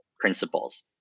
principles